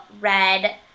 red